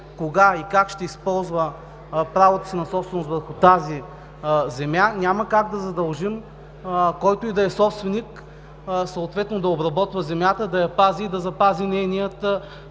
кога и как ще използва правото си на собственост върху тази земя, няма как да задължим който и да е собственик съответно да обработва земята, да я пази и да запази нейния